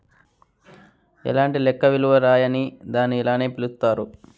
ఎలాంటి లెక్క విలువ రాయని దాన్ని ఇలానే పిలుత్తారు